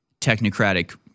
technocratic